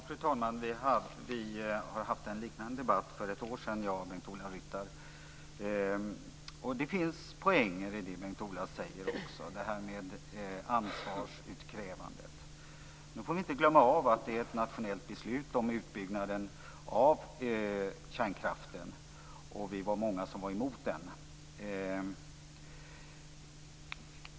Fru talman! Bengt-Ola Ryttar och jag har haft en liknande debatt för ett år sedan. Det finns poänger i det Bengt-Ola Ryttar säger, t.ex. ansvarsutkrävandet. Nu får vi inte glömma bort att det finns ett nationellt beslut om utbyggnaden av kärnkraften. Vi var många som var emot den.